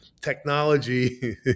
technology